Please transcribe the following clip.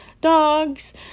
dogs